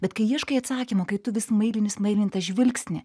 bet kai ieškai atsakymo kai tu vis smailini smailini tą žvilgsnį